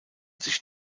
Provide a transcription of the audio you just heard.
sich